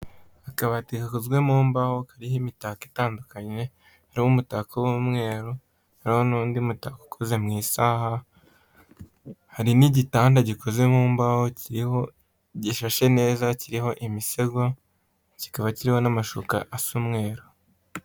Akabati gakozwe mumbaho kariho imitako itandukanye, kariho umutako w'umweru kariho n'undi mutako ukoze mw'isaha, hari n'igitanda gikoze mumbaho kiriho gishashe neza kiriho imisego kikaba kiriho n'amashuka asa umweru.